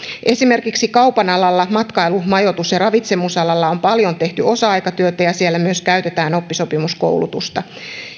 esimerkiksi kaupan alalla ja matkailu majoitus ja ravitsemusalalla on paljon tehty osa aikatyötä siellä myös käytetään oppisopimuskoulutusta